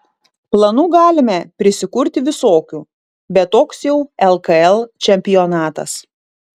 planų galime prisikurti visokių bet toks jau lkl čempionatas